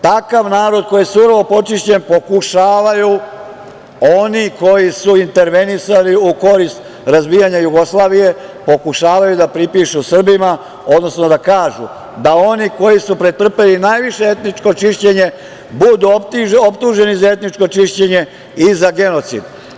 Takav narod koji je surovo počišćen pokušavaju oni koji su intervenisali u korist razbijanja Jugoslavije da pripišu Srbima, odnosno da kažu da oni koji su pretrpeli najveće etničko čišćenje budu optuženi za etničko čišćenje i za genocid.